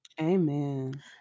Amen